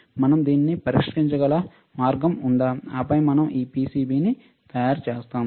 మనం దానిని పరీక్షించగల మార్గం ఉందా ఆపై మనం ఈ పిసిబి తయారుచేస్తాము